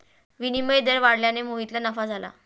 विनिमय दर वाढल्याने मोहितला नफा झाला